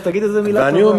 אז תגיד איזה מילה טובה.